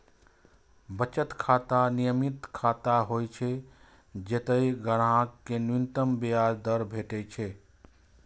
बचत खाता नियमित खाता होइ छै, जतय ग्राहक कें न्यूनतम ब्याज दर भेटै छै